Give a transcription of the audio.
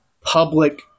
public